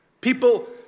People